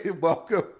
welcome